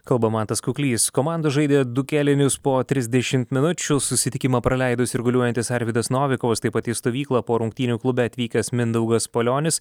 kalba mantas kuklys komanda žaidė du kėlinius po trisdešimt minučių susitikimą praleido sirguliuojantis arvydas novikovas taip pat į stovyklą po rungtynių klube atvykęs mindaugas palionis